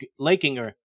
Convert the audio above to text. Lakinger